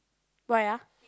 why ah